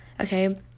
okay